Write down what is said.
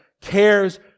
cares